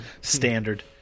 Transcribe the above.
Standard